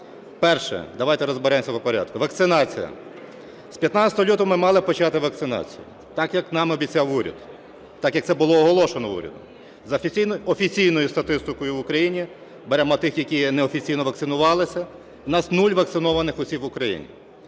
Перше. Давайте розберемося по порядку. Вакцинація. З 15 лютого ми мали почати вакцинацію, так, як нам обіцяв уряд, так, як це було оголошено урядом. За офіційною статистикою в Україні - беремо тих, які неофіційно вакцинувалися, - у нас нуль вакцинованих осіб в Україні.